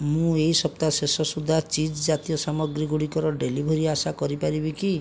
ମୁଁ ଏହି ସପ୍ତାହ ଶେଷ ସୁଦ୍ଧା ଚିଜ୍ ଜାତୀୟ ସାମଗ୍ରୀ ଗୁଡ଼ିକର ଡେଲିଭରି ଆଶା କରିପାରିବି କି